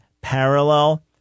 parallel